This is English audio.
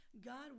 God